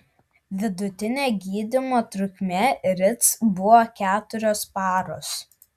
vidutinė gydymo trukmė rits buvo keturios paros